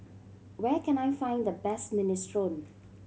where can I find the best Minestrone